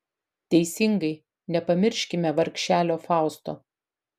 teisingai nepamirškime vargšelio fausto